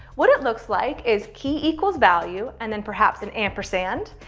what it looks like is key equals value and then perhaps an ampersand.